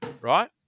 Right